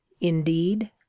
Indeed